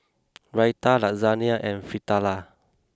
Raita Lasagne and Fritada